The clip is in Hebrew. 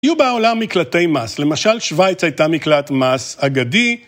יהיו בעולם מקלטי מס, למשל שווייץ הייתה מקלט מס אגדי.